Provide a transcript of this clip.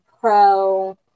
pro